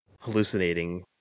Hallucinating